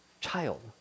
child